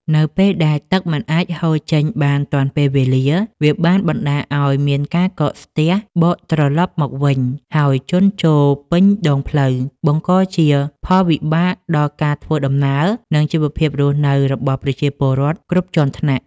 នៅពេលដែលទឹកមិនអាចហូរចេញបានទាន់ពេលវេលា វាបានបណ្តាលឱ្យមានការកកស្ទះបកត្រឡប់មកវិញ ហើយជន់ជោរពេញដងផ្លូវ បង្កជាផលវិបាកដល់ការធ្វើដំណើរ និងជីវភាពរស់នៅរបស់ពលរដ្ឋគ្រប់ជាន់ថ្នាក់។